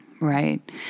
Right